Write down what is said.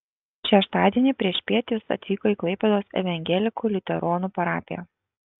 šeštadienį priešpiet jis atvyko į klaipėdos evangelikų liuteronų parapiją